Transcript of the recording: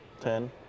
Ten